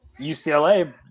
UCLA